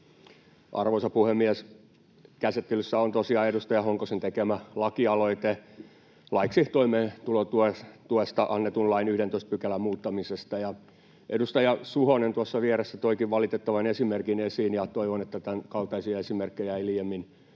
Arvoisa puhemies! Käsittelyssä on tosiaan edustaja Honkosen tekemä lakialoite laiksi toimeentulotuesta annetun lain 11 §:n muuttamisesta. Edustaja Suhonen tuossa vieressä toikin valitettavan esimerkin esiin, ja toivon, että tämänkaltaisia esimerkkejä ei liiemmin